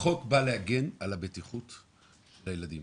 החוק בא להגן על בטיחות הילדים,